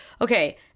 okay